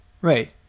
Right